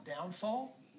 downfall